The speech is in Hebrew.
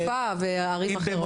אני יודעת, גם בחיפה וערים אחרות.